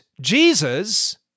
Jesus